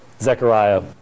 Zechariah